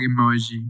emoji